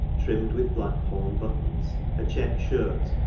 trimmed with black horn buttons a checked shirt,